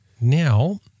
Now